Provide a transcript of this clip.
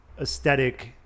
aesthetic